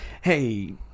hey